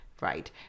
right